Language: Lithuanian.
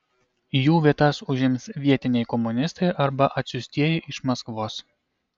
jų vietas užims vietiniai komunistai arba atsiųstieji iš maskvos